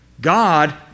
God